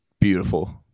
beautiful